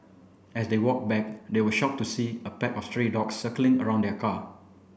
as they walked back they were shocked to see a pack of stray dogs circling around their car